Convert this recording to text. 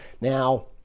Now